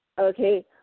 Okay